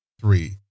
three